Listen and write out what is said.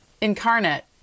incarnate